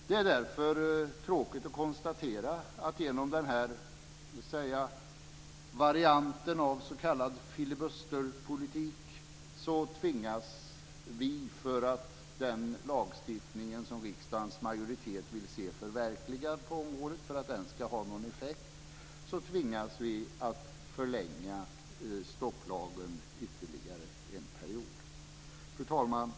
Det är därför tråkigt att konstatera att genom den här varianten av s.k. filibusterpolitik tvingas vi, för att den lagstiftning som riksdagens majoritet vill se förverkligad på området ska ha någon effekt, att förlänga stopplagen ytterligare en period. Fru talman!